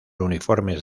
uniformes